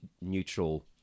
neutral